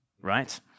right